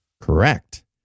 Correct